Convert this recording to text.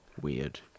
weird